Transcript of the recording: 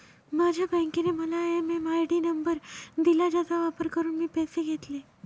माझ्या बँकेने मला एम.एम.आय.डी नंबर दिला ज्याचा वापर करून मी पैसे घेतले